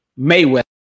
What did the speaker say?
Mayweather